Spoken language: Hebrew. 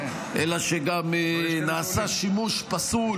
אלא שגם נעשה שימוש פסול